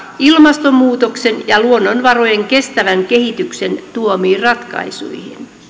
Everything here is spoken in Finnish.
ilmastonmuutoksen ja luonnonvarojen kestävän kehityksen tuomiin ratkaisuihin